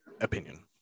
opinion